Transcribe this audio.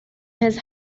his